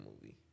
movie